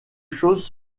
choses